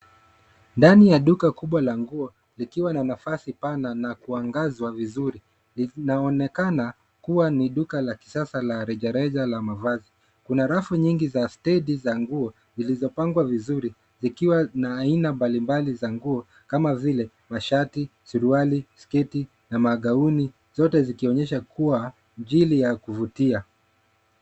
Ndani ya duka kubwa la nguo likiwa na nafasi pana na kuangazwa vizuri. Linaonekana kuwa ni duka la kisasa la rejareja la mavazi . Kuna rafu nyingi za stedi za nguo zilizopangwa vizuri zikiwa na aina mbali mbali za nguo kama vile mashati, suruali, sketi na magauni zote zikionyesha kuwa injili ya kuvutia.